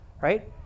Right